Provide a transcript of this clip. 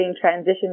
transition